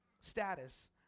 status